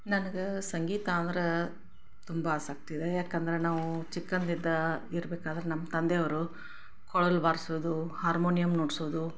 ನನಗ ಸಂಗೀತ ಅಂದ್ರೆ ತುಂಬ ಆಸಕ್ತಿ ಇದೆ ಏಕಂದ್ರೆ ನಾವು ಚಿಕ್ಕದಿಂದ ಇರ್ಬೇಕಾದ್ರೆ ನಮ್ಮ ತಂದೆ ಅವರು ಕೊಳಲು ಬಾರಿಸೋದು ಹಾರ್ಮೋನಿಯಂ ನುಡಿಸೋದು